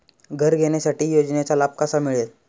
घर घेण्यासाठी योजनेचा लाभ कसा मिळेल?